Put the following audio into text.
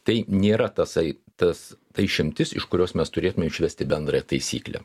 tai nėra tasai tas ta išimtis iš kurios mes turėtume išvesti bendrąją taisyklę